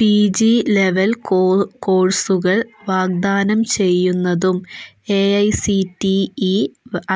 P G level കോ കോഴ്സുകൾ വാഗ്ദാനം ചെയ്യുന്നതും A I C T E